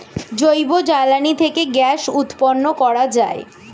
জৈব জ্বালানি থেকে গ্যাস উৎপন্ন করা যায়